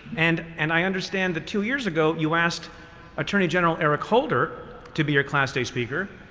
and and i understand that two years ago you asked attorney general eric holder to be your class day speaker.